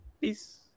Peace